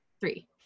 three